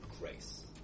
grace